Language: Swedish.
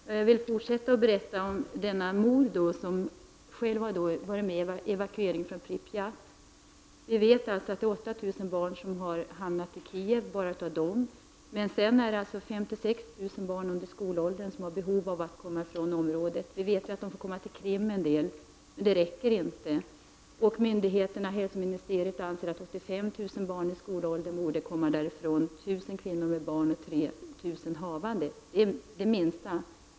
Herr talman! Jag vill fortsätta att berätta om denna Galina Protopopova, som själv varit med om en evakuering från Pripjat. Vi vet att det är 8 000 barn som hamnat i Kiev. Dessutom har 56 000 barn under skolåldern behov av att komma ifrån området. Vi vet att en del får komma till Krim, men det räcker inte. Hälsoministeriet anser att 85 000 i skolåldern borde få komma därifrån, liksom 1 000 kvinnor med sina barn och 3 000 havande kvinnor.